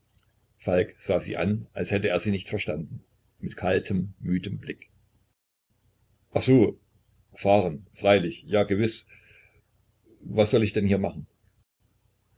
falk sah sie an als hätte er sie nicht verstanden mit kaltem müdem blick ach so fahren freilich ja ganz gewiß was soll ich denn hier machen